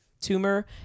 tumor